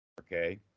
okay